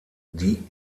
die